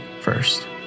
first